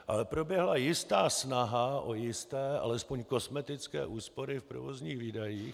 Ale proběhla jistá snaha o jisté, alespoň kosmetické úspory v provozních výdajích.